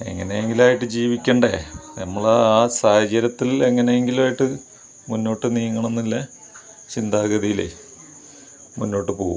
എങ്ങനെ എങ്കിലുമായിട്ട് ജീവിക്കണ്ടേ നമ്മളെ ആ സാഹചര്യത്തിൽ എങ്ങനെ എങ്കിലുമായിട്ട് മുന്നോട്ട് നീങ്ങണമെന്നുള്ള ചിന്താഗതിയില് മുന്നോട്ട് പോവും